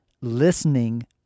listening